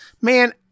man